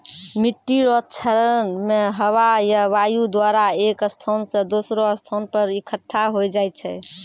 मिट्टी रो क्षरण मे हवा या वायु द्वारा एक स्थान से दोसरो स्थान पर इकट्ठा होय जाय छै